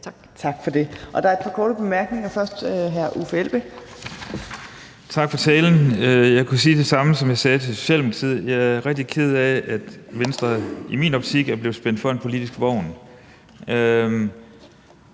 den første kommer fra hr. Uffe Elbæk. Kl. 12:59 Uffe Elbæk (UFG): Tak for talen. Jeg kunne sige det samme, som jeg sagde til Socialdemokratiet. Jeg er rigtig ked af, at Venstre i min optik er blevet spændt for en politisk vogn,